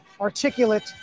articulate